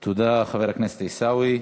תודה, חבר הכנסת עיסאווי.